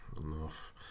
enough